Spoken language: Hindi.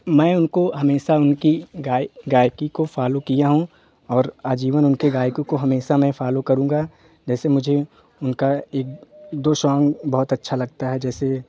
मैं उनको हमेशा उनकी गाय गायकी को फॉलो किया हूँ और आजीवन उनके गायकी को हमेशा मैं फॉलो करूँगा जैसे मुझे उनका एक दो साँग बहुत अच्छा लगता है जैसे